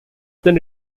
then